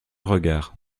regard